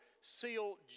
seal